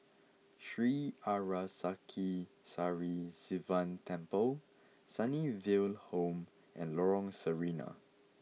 Sri Arasakesari Sivan Temple Sunnyville Home and Lorong Sarina